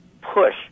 push